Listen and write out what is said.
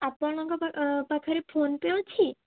ଆପଣଙ୍କ ପାଖରେ PhonePe ଅଛି